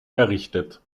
errichtet